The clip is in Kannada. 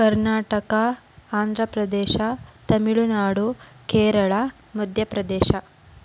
ಕರ್ನಾಟಕ ಆಂಧ್ರಪ್ರದೇಶ ತಮಿಳುನಾಡು ಕೇರಳ ಮಧ್ಯಪ್ರದೇಶ